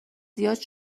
زیاد